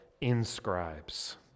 inscribes